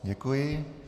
Děkuji.